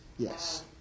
Yes